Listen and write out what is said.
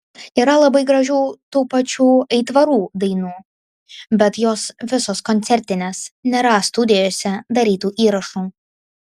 yra labai gražių tų pačių aitvarų dainų bet jos visos koncertinės nėra studijose darytų įrašų